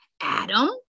Adam